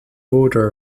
order